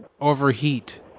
Overheat